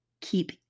keep